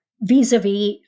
vis-a-vis